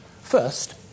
First